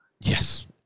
Yes